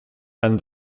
and